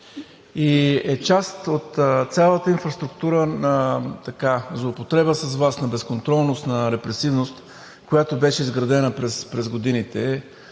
и е част от цялата инфраструктура на злоупотреба с власт, на безконтролност, на репресивност, която беше изградена през годините